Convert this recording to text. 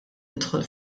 nidħol